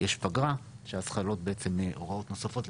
פגרה, שאז חלות בעצם הוראות נוספות.